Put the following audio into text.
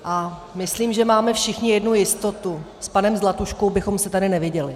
A myslím, že máme všichni jednu jistotu s panem Zlatuškou bychom se tady neviděli.